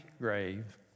grave